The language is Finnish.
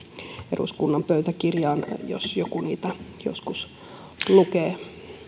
eduskunnan pöytäkirjaan jos joku niitä joskus lukee ja